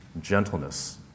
gentleness